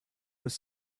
was